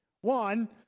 One